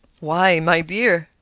why, my dear,